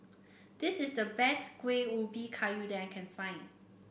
this is the best Kuih Ubi Kayu that I can find